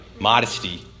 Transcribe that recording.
Modesty